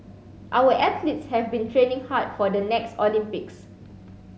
our athletes have been training hard for the next Olympics